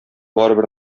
барыбер